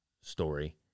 story